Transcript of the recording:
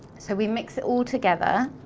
so, we mix it all together.